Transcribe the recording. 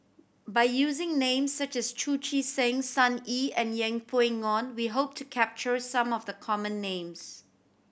by using names such as Chu Chee Seng Sun Yee and Yeng Pway Ngon we hope to capture some of the common names